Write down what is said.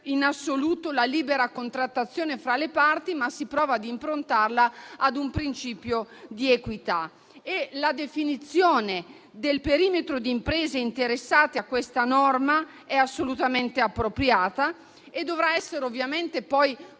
in assoluto la libera contrattazione fra le parti, ma si prova ad improntarla a un principio di equità. La definizione del perimetro di imprese interessate a questa norma è assolutamente appropriata e poi, come sempre